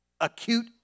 Acute